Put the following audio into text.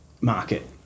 market